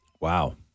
Wow